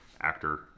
actor